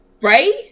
right